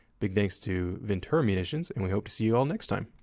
big thanks to ventura munitions, and we hope to see you all next time.